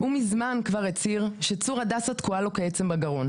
הוא כבר מזמן הצהיר שצור הדסה תקועה לו כעצם בגרון.